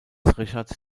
richard